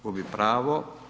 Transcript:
Gubi pravo.